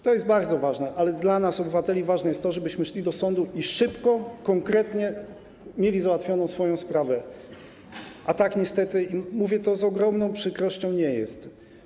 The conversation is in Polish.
To jest bardzo ważne, ale dla nas, obywateli, ważne jest to, żebyśmy szli do sądu i szybko, konkretnie mieli załatwioną swoją sprawę, a tak niestety - i mówię to z ogromną przykrością - nie jest.